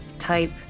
type